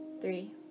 Three